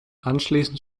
anschließend